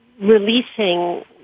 releasing